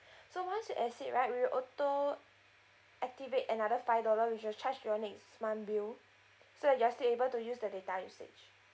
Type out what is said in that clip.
so once you exceed right we will auto activate another five dollar which will charge your next month bill so you're still able to use the data usage